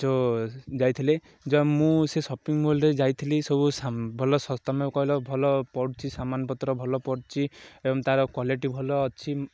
ଯେଉଁ ଯାଇଥିଲେ ମୁଁ ସେ ସପିଂ ମଲ୍ରେ ଯାଇଥିଲି ସବୁ ଭଲ କହିଲ ଭଲ ପଡ଼ୁଛି ସାମାନପତ୍ର ଭଲ ପଡ଼ୁଛି ଏବଂ ତା'ର କ୍ଵାଲିଟି ଭଲ ଅଛି